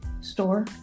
store